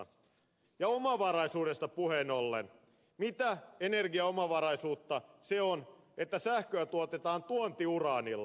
omavaraisuudesta puheen ollen mitä energiaomavaraisuutta se on että sähköä tuotetaan tuontiuraanilla